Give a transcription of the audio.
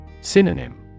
Synonym